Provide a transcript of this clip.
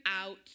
out